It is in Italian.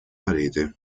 parete